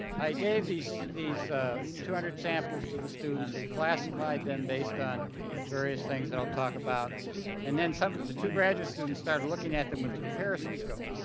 i gave these two two hundred samples to the students. we classified them based on various things that i'll talk about and then some the two graduate students started looking at them with the comparison scope,